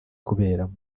kuberamo